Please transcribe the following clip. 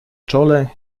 czole